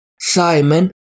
Simon